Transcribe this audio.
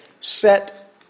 set